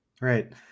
Right